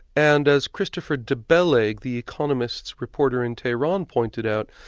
and as christopher de bellaigue, the economist's reporter in tehran pointed out,